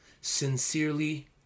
Sincerely